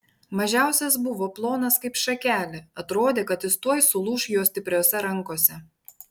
mažiausias buvo plonas kaip šakelė atrodė kad jis tuoj sulūš jo stipriose rankose